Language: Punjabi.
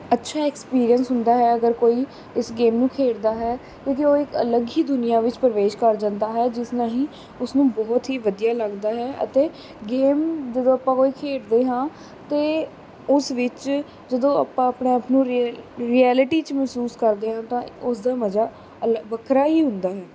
ਅੱਛਾ ਐਕਸਪੀਰੀਅੰਸ ਹੁੰਦਾ ਹੈ ਅਗਰ ਕੋਈ ਇਸ ਗੇਮ ਨੂੰ ਖੇਡਦਾ ਹੈ ਕਿਉਂਕਿ ਉਹ ਇੱਕ ਅਲੱਗ ਹੀ ਦੁਨੀਆਂ ਵਿੱਚ ਪ੍ਰਵੇਸ਼ ਕਰ ਜਾਂਦਾ ਹੈ ਜਿਸ ਨਾਲ ਹੀ ਉਸ ਨੂੰ ਬਹੁਤ ਹੀ ਵਧੀਆ ਲੱਗਦਾ ਹੈ ਅਤੇ ਗੇਮ ਜਦੋਂ ਆਪਾਂ ਕੋਈ ਖੇਡਦੇ ਹਾਂ ਤਾਂ ਉਸ ਵਿੱਚ ਜਦੋਂ ਆਪਾਂ ਆਪਣੇ ਆਪ ਨੂੰ ਰਿ ਰਿਐਲਿਟੀ 'ਚ ਮਹਿਸੂਸ ਕਰਦੇ ਹਾਂ ਤਾਂ ਉਸ ਦਾ ਮਜ਼ਾ ਅਲ ਵੱਖਰਾ ਹੀ ਹੁੰਦਾ ਹੈ